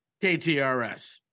KTRS